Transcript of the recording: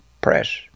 Press